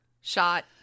Shot